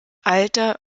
alter